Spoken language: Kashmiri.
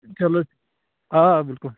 چلو آ آ بِلکُل